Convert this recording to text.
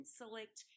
select